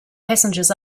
passengers